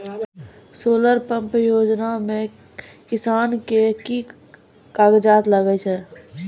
Solar pump योजना म किसान के की कागजात लागै छै?